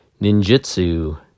Ninjutsu